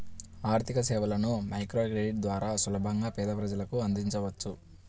ఆర్థికసేవలను మైక్రోక్రెడిట్ ద్వారా సులభంగా పేద ప్రజలకు అందించవచ్చు